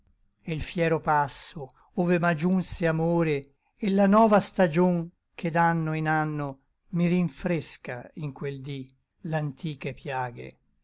e l fiero passo ove m'agiunse amore e lla nova stagion che d'anno in anno mi rinfresca in quel dí l'antiche piaghe